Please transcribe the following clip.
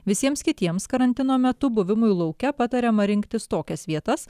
visiems kitiems karantino metu buvimui lauke patariama rinktis tokias vietas